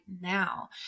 now